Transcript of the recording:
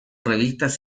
revistas